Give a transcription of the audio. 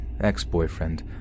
ex-boyfriend